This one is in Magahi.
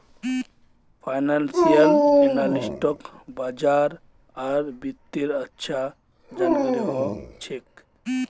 फाइनेंसियल एनालिस्टक बाजार आर वित्तेर अच्छा जानकारी ह छेक